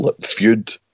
feud